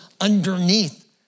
underneath